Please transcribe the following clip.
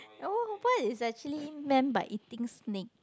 oh what is actually meant by eating snake